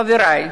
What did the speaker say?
חברי,